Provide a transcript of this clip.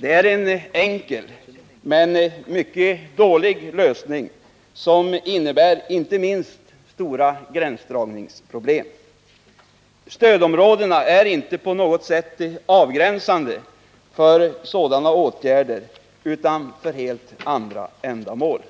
Det är en enkel men mycket dålig lösning, som inte minst innebär stora gränsdragningsproblem. Stödområdena är inte på något sätt avgränsade för sådana åtgärder utan för helt andra ändamål.